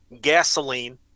gasoline